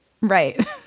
Right